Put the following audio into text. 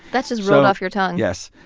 that just rolled off your tongue yes.